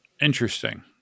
Interesting